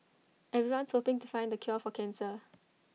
everyone's hoping to find the cure for cancer